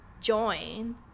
join